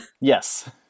Yes